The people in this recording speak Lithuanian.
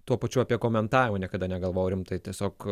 tuo pačiu apie komentavimą niekada negalvojau rimtai tiesiog